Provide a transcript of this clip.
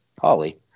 Holly